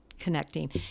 connecting